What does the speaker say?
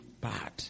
bad